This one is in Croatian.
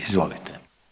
Izvolite.